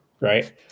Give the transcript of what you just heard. right